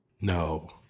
No